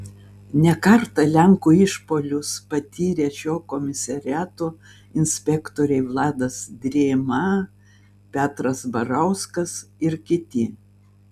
ne kartą lenkų išpuolius patyrė šio komisariato inspektoriai vladas drėma petras barauskas ir kiti